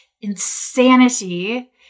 insanity